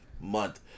month